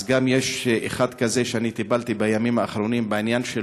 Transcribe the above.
אז יש אחד כזה שטיפלתי בימים האחרונים בעניין שלו,